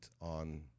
on